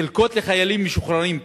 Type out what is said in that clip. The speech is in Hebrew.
חלקות לחיילים משוחררים,